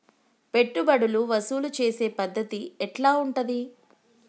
పెట్టుబడులు వసూలు చేసే పద్ధతి ఎట్లా ఉంటది?